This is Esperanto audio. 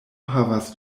havas